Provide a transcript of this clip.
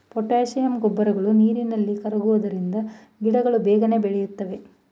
potassium ಗೊಬ್ಬರಗಳು ನೀರಿನಲ್ಲಿ ಕರಗುವುದರಿಂದ ಗಿಡಗಳು ಬೇಗನೆ ಬೆಳಿತವೆ